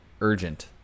urgent